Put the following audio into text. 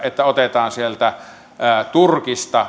että otetaan syyrialaisia sieltä turkista